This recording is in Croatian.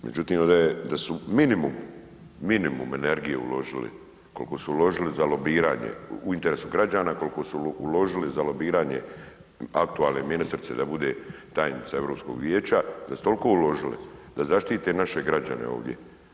Međutim, ovdje je da su minimum, minimum energije uložili koliko su uložili za lobiranje, u interesu građana, kolko su uložili za lobiranje aktualne ministrice da bude tajnica Europskog vijeća, da su toliko uložili da zaštite naše građane ovdje.